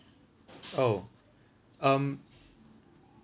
oh um